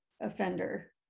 offender